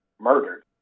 murdered